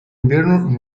invierno